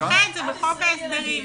פטרו את זה בחוק ההסדרים.